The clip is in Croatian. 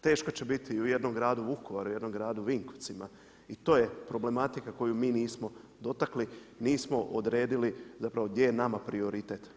Teško će biti i u jednom gradu Vukovaru, jednom gradu Vinkovcima i to je problematika koju mi nismo dotakli, nismo odredili gdje je nama prioritet.